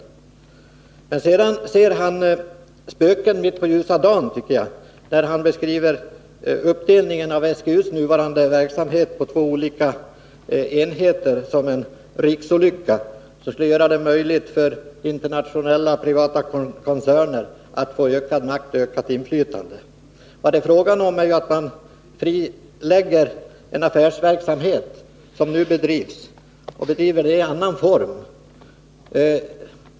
Sedan tycker jag att Jörn Svensson ser spöken mitt på ljusa dagen när han beskriver uppdelningen av SGU:s nuvarande verksamhet på två olika enheter som en riksolycka — det skulle bli möjligt för internationella privata koncerner att få ökad makt och ökat inflytande. Vad det är fråga om är att man frilägger en affärsverksamhet som nu bedrivs och bedriver den i annan form.